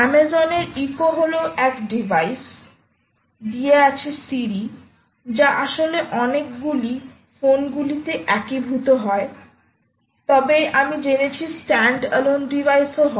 অ্যামাজনের ইকো হল এক ডিভাইস দিয়ে আছে সিরি যা আসলে অনেকগুলি ফোনগুলিতে একীভূত হয় তবে আমি জেনেছি স্ট্যান্ড অ্যালোন ডিভাইস ও হয়